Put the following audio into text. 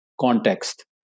context